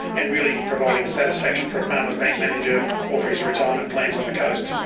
and really providing satisfaction for a farmer's bank manager or for his retirement plans on the coast.